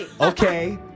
okay